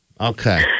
Okay